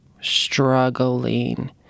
Struggling